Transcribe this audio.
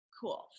Cool